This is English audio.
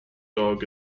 dog